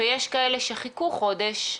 ויש כאלה שחיכו חודש,